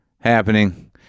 happening